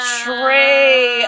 tree